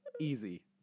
Easy